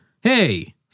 hey